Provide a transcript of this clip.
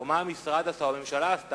או מה המשרד עשה או הממשלה עשתה,